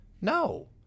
No